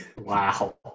Wow